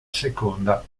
seconda